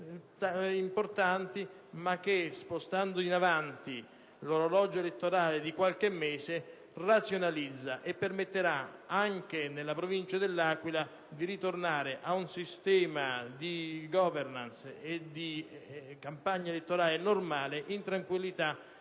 importanti ma che, spostando in avanti l'orologio elettorale di qualche mese, permetterà anche alla Provincia dell'Aquila di ritornare ad un sistema di *governance* e di campagna elettorale normale, in tranquillità